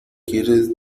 quieres